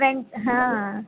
pant हां